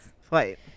flight